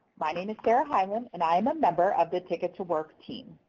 my name is sarah hyland, and i am a member of the ticket to work team.